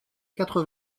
quatre